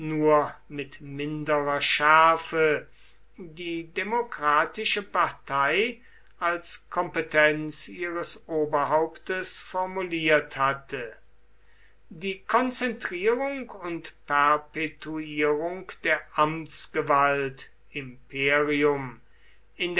mit minderer schärfe die demokratische partei als kompetenz ihres oberhauptes formuliert hatte die konzentrierung und perpetuierung der amtsgewalt imperium